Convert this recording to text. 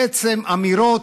בעצם אמירות: